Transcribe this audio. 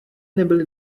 nebyli